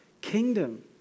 kingdom